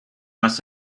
must